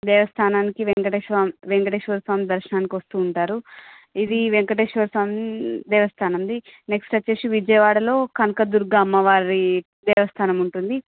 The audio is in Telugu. దేవస్థానానికి వేంకటేశ్వర వేంకటేశ్వర స్వామి దర్శనానికి వస్తూ ఉంటారు ఇది వేంకటేశ్వర స్వామి దేవస్థానం ఇది నెక్స్ట్ వచ్చేసి విజయవాడలో కనకదుర్గ అమ్మవారి దేవస్థానం ఉంటుంది